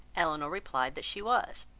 elinor replied that she was.